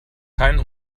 keinen